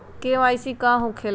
KYC का हो के ला?